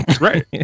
Right